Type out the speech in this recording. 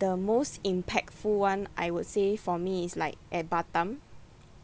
the most impactful [one] I would say for me is like at batam